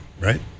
right